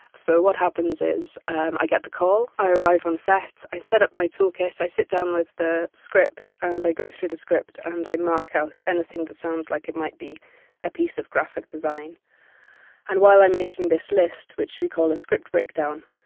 so what happens is i get the call, i arrive on set, i set up my toolkit, i sit down with the script, and i go through the script and i mark out anything that sounds like it might be a piece of graphic design design and while i'm making this list, which we call a script breakdown,